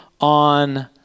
on